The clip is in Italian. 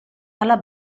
alla